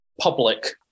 public